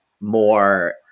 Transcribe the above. more